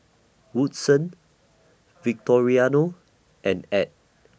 Woodson Victoriano and Add